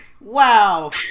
Wow